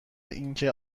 اینکه